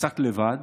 קצת לבד,